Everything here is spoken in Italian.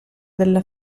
nella